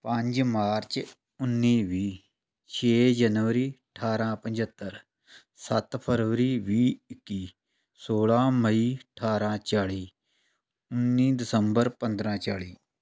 ਪੰਜ ਮਾਰਚ ਉੱਨੀ ਵੀਹ ਛੇ ਜਨਵਰੀ ਅਠਾਰਾਂ ਪੰਝੱਤਰ ਸੱਤ ਫਰਵਰੀ ਵੀਹ ਇੱਕੀ ਸੋਲ੍ਹਾਂ ਮਈ ਅਠਾਰਾਂ ਚਾਲੀ ਉੱਨੀ ਦਸੰਬਰ ਪੰਦਰਾਂ ਚਾਲੀ